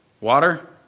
Water